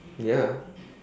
ya